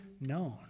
known